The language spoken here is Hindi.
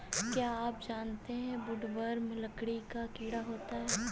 क्या आप जानते है वुडवर्म लकड़ी का कीड़ा होता है?